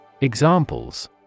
Examples